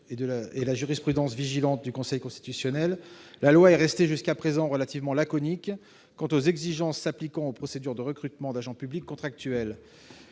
et la jurisprudence vigilante de Conseil constitutionnel, la loi est restée jusqu'à présent relativement laconique quant aux exigences s'appliquant aux procédures de recrutement d'agents publics contractuels.